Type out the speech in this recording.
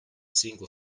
single